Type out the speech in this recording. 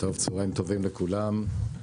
צוהריים טובים לכולם.